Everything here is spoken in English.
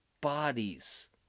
bodies